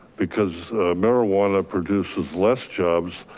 because marijuana produces less jobs,